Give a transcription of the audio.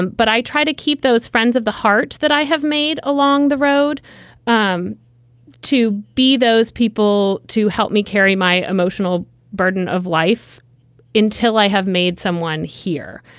but i try to keep those friends of the heart that i have made along the road um to be those people to help me carry my emotional burden of life until i have made someone here.